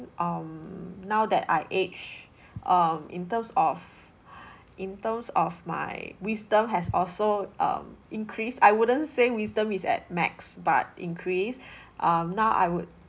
um now that I age um in terms of in terms of my wisdom has also um increase I wouldn't say wisdom is at max but increase um now I would